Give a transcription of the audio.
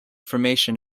formation